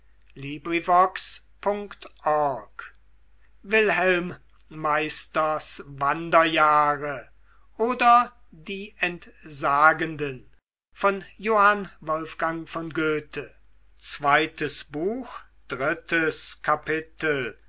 wilhelm meisters wanderjahre oder die entsagenden